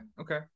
Okay